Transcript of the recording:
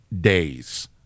days